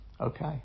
Okay